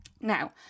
Now